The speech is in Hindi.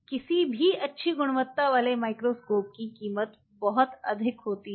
किसी भी अच्छी गुणवत्ता वाले माइक्रोस्कोप की कीमत बहुत अधिक होती है